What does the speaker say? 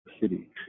city